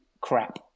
crap